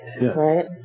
right